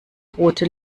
rote